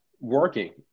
working